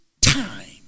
time